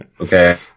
okay